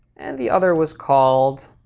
and the other was called